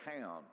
town